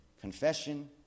confession